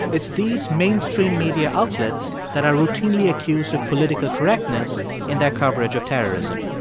it's these mainstream media outlets that are routinely accused of political correctness in their coverage of terrorism.